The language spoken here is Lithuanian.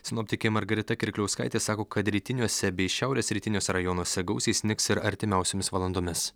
sinoptikė margarita kirkliauskaitė sako kad rytiniuose bei šiaurės rytiniuose rajonuose gausiai snigs ir artimiausiomis valandomis